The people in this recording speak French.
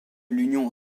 l’union